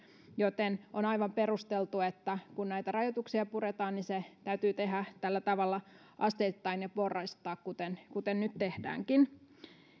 joten on aivan perusteltua että kun näitä rajoituksia puretaan niin se täytyy tehdä tällä tavalla asteittain ja porrastaen kuten kuten nyt tehdäänkin